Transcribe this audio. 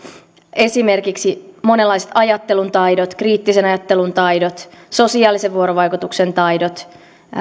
esimerkiksi monenlaiset ajattelun taidot kriittisen ajattelun taidot sosiaalisen vuorovaikutuksen taidot